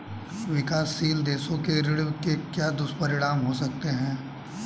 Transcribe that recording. विकासशील देशों के ऋण के क्या दुष्परिणाम हो सकते हैं?